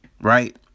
right